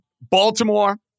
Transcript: Baltimore